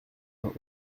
vingt